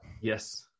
Yes